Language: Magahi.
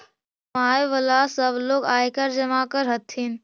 कमाय वला सब लोग आयकर जमा कर हथिन